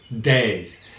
days